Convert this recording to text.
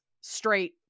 straight